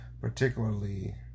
particularly